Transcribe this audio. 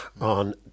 on